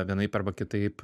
vienaip arba kitaip